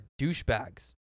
douchebags